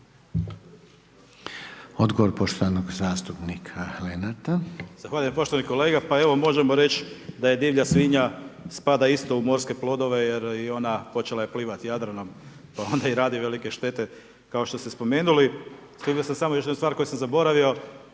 Odgovor poštovanog zastupnika Lenarta. **Lenart, Željko (HSS)** Zahvaljujem. Poštovani kolega, pa evo možemo reć da divlja svinja spada isto u morske plodove jer i ona počela je plivati Jadranom pa onda i radi velike štete kao što ste spomenuli. Sjetio sam se samo još jedne stvari koju sam zaboravio.